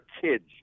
kids